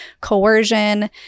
coercion